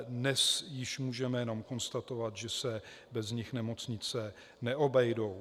Dnes již můžeme jen konstatovat, že se bez nich nemocnice neobejdou.